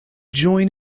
join